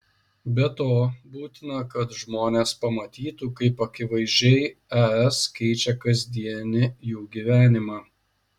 be to būtina kad žmonės pamatytų kaip akivaizdžiai es keičia kasdienį jų gyvenimą